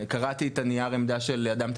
קראתי את נייר העמדה של אדם,